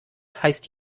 heißt